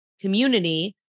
community